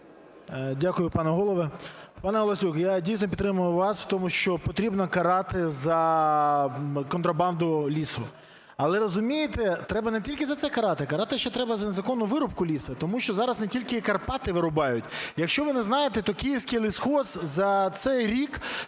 Дякую, пане Голово. Пане Галасюк, я, дійсно, підтримую вас у тому, що потрібно карати за контрабанду лісу. Але, розумієте, треба не тільки за це карати, карати ще треба за незаконну вирубку лісу, тому що зараз не тільки Карпати вирубають. Якщо ви не знаєте, то "Київський лісхоз" за цей рік